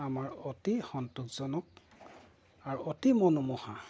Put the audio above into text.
আমাৰ অতি সন্তোষজনক আৰু অতি মনোমোহা